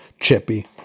chippy